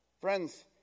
Friends